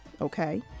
Okay